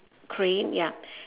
crane ya